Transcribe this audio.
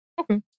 Okay